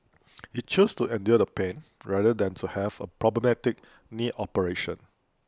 he chose to endure the pain rather than to have problematic knee operation